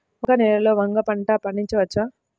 బంక నేలలో వంగ పంట పండించవచ్చా?